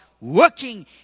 Working